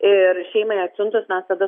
ir šeimai atsiuntus mes tada